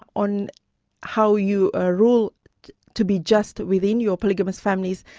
on how you ah rule to be just within your polygamist families,